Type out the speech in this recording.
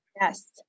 Yes